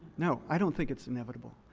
no. i don't think it's inevitable.